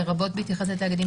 לרבות בהתייחס לתאגידים ציבוריים?